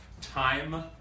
time